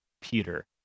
Peter